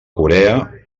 corea